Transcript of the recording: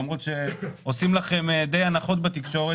למרות שעושים לכם די הנחות בתקשורת,